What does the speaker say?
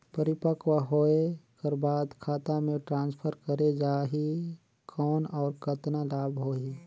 परिपक्व होय कर बाद खाता मे ट्रांसफर करे जा ही कौन और कतना लाभ होही?